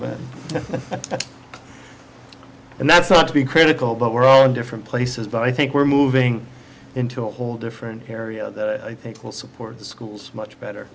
and that's not to be critical but we're all in different places but i think we're moving into a whole different area i think will support the schools much better